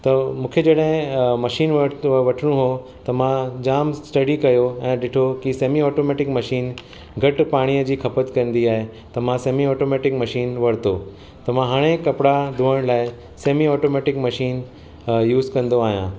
त मूंखे जॾहिं अ मशीन वरितो वठिणो हो त मां जाम स्टडी कयो ऐं ॾिठो की सेमी ऑटोमैटिक मशीन घटि पाणीअ जी खपत कंदी आहे मां सेमी ऑटोमेटिक मशीन वरितो त मां हाणे कपिड़ा धोअण लाइ सेमी ऑटोमैटिक मशीन अ यूस कंदो आहियां